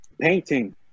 painting